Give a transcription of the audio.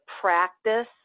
practice